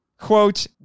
quote